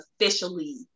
officially